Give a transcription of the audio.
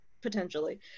potentially